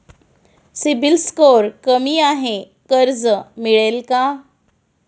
CIBIL score कमी आहे कर्ज मिळेल का?